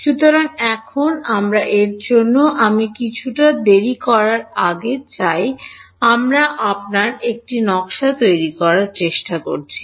সুতরাং এখন আমরা এর জন্য আমি কিছুটা দেরী করার আগে চাই আমরা আপনার এটি নকশা করার চেষ্টা করি